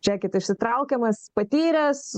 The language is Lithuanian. šekit išsitraukiamas patyręs